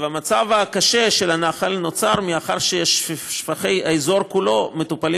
המצב הקשה של הנחל נוצר מכך ששופכי האזור כולו מטופלים